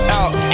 out